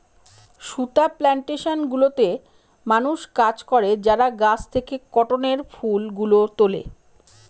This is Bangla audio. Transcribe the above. সুতা প্লানটেশন গুলোতে মানুষ কাজ করে যারা গাছ থেকে কটনের ফুল গুলো তুলে